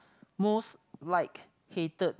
most like hated